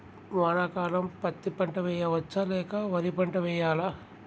వానాకాలం పత్తి పంట వేయవచ్చ లేక వరి పంట వేయాలా?